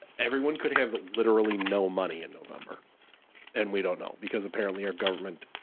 everyone could have literally no money in november and we don't know, because apparently our government,